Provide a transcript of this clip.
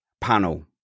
Panel